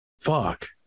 fuck